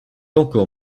encore